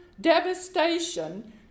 devastation